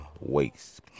waste